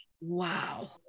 wow